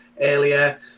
earlier